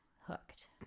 hooked